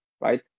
right